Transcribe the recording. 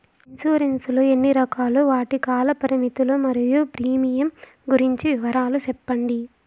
Insurance లు ఎన్ని రకాలు? వాటి కాల పరిమితులు మరియు ప్రీమియం గురించి వివరాలు సెప్పండి?